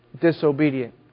disobedient